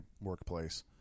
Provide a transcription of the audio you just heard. workplace